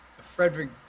Frederick